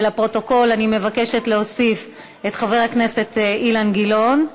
ולפרוטוקול אני מבקשת להוסיף את חבר הכנסת אילן גילאון,